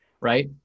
right